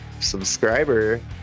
subscriber